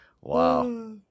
wow